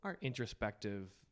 introspective